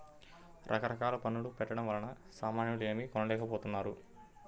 రకరకాల పన్నుల పెట్టడం వలన సామాన్యులు ఏమీ కొనలేకపోతున్నారు